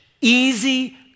easy